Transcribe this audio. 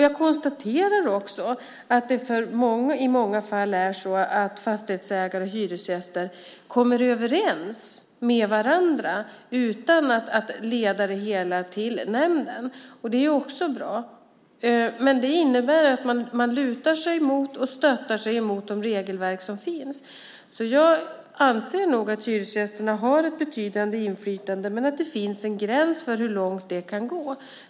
Jag konstaterar också att det i många fall är så att fastighetsägare och hyresgäster kommer överens med varandra utan att leda det hela till nämnden. Det är också bra. Men det innebär att man lutar sig mot och stöttar sig på det regelverk som finns. Jag anser nog att hyresgästerna har ett betydande inflytande men att det finns en gräns för hur långt det kan gå.